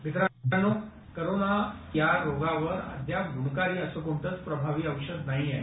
मित्रांनो कोरोना या रोगावर अद्याप गुणकारी असं कोणतचं प्रभावी औषध नाहीये